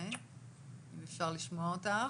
לבריאותו או לשלומו.